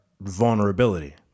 vulnerability